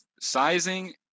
sizing